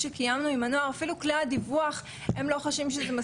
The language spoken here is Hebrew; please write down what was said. גם דו"ח מבקר המדינה בנושא הזה יצא לא מזמן,